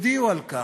תודיעו על כך,